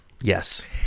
Yes